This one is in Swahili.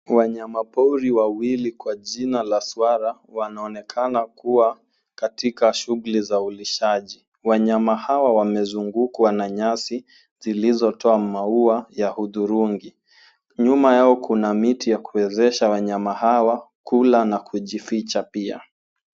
Wanyama pori wawili kwa jina la swara wanaonekana kuwa katika shuguli za ulishaji, wanyama hawa wamezungukwa na nyasi zilizotoa mau ya hudhurungi, nyuma yao kuna miti ya kuwezesha wanyama hawa kula na kujificha pia.